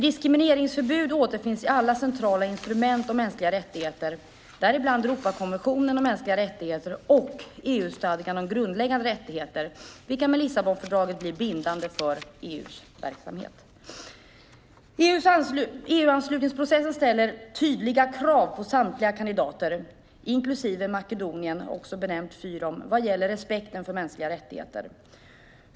Diskrimineringsförbud återfinns i alla centrala instrument om mänskliga rättigheter, däribland Europakonventionen om mänskliga rättigheter och EU-stadgan om grundläggande rättigheter, vilka med Lissabonfördraget blir bindande för EU:s verksamhet. EU-anslutningsprocessen ställer tydliga krav på samtliga kandidatländer, inklusive Makedonien, också benämnt Fyrom, vad gäller respekten för mänskliga rättigheter.